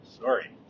Sorry